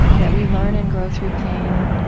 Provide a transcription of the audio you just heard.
that we learn and grow through pain,